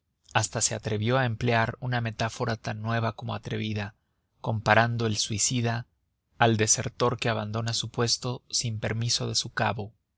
hasta se atrevió a emplear una metáfora tan nueva como atrevida comparando el suicida al desertor que abandona su puesto sin permiso de su cabo